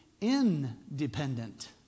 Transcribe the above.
independent